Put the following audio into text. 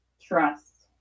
trust